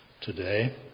today